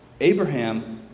Abraham